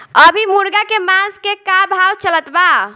अभी मुर्गा के मांस के का भाव चलत बा?